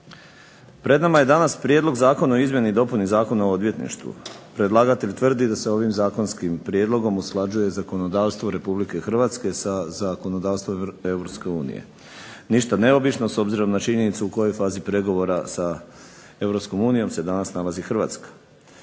Pred nama je danas Prijedlog zakona o izmjenama i dopunama Zakona o odvjetništvu. Predlagatelj tvrdi da se ovim zakonskim prijedlogom usklađuje zakonodavstvo Republike Hrvatske sa zakonodavstvom Europske unije. Ništa neobično, s obzirom na činjenicu u kojoj fazi pregovora sa Europskom unijom se danas nalazi Hrvatska.